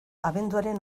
abenduaren